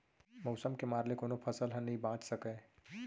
मउसम के मार ले कोनो फसल ह नइ बाच सकय